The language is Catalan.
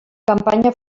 campanya